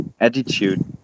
attitude